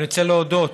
אני רוצה להודות